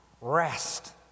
rest